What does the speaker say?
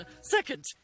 Second